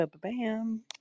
Bam